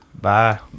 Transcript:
Bye